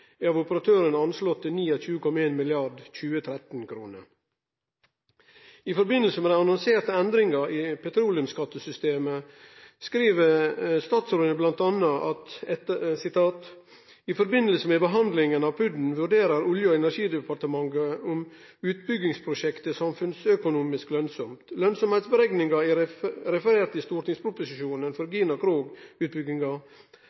er av operatøren anslått til 29,1 milliardar 2013-kroner. I samband med dei annonserte endringane i petroleumsskattesystemet skriv statsråden bl.a.: «I forbindelse med behandlingen av PUD vurderer Olje- og energidepartementet om utbyggingsprosjektet er samfunnsøkonomisk lønnsomt. Lønnsomhetsberegningene referert i stortingsproposisjonen for